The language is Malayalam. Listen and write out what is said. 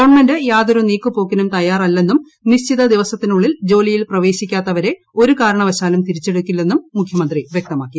ഗവൺമെന്റ് യാതൊരു നീക്കുപോക്കിനും തയ്യാറല്ലെന്നും നിശ്ചിത ദിവസത്തിനുള്ളിൽ ജോലിയിൽ ഒരുകാരണവശാലും തിരിച്ചെടുക്കില്ലെന്നും മുഖ്യമന്ത്രി വൃക്തമാക്കി